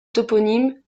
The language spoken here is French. toponyme